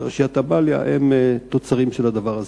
ומדרשיית "עמליה" הם תוצרים של הדבר הזה.